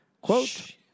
Quote